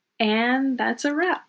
and that's a wrap.